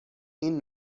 این